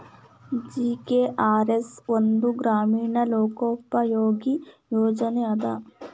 GKRA ಒಂದ ಗ್ರಾಮೇಣ ಲೋಕೋಪಯೋಗಿ ಯೋಜನೆ ಅದ